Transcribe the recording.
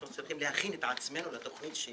אומרים שאנחנו צריכים להכין את עצמנו לתכנית,